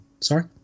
Sorry